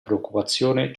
preoccupazione